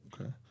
Okay